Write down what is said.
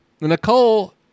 Nicole